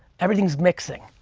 everything's mixing.